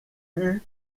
eut